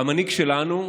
והמנהיג שלנו,